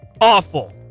Awful